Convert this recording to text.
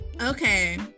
okay